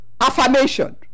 affirmation